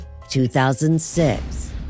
2006